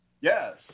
Yes